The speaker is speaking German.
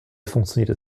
funktioniert